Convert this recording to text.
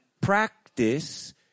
practice